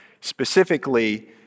Specifically